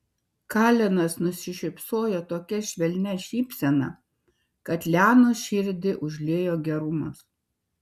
kalenas nusišypsojo tokia švelnia šypsena kad lianos širdį užliejo gerumas